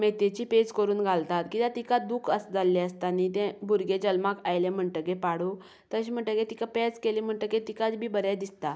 मेथयेची पेज करून घालतात कित्याक तिका दूख जाल्ली आसता न्ही ते भुरगे जल्माक आयले म्हणटगीर पाडूक तशे म्हणटगीर तिका पॅज केली म्हणटगीर तिका बरें दिसता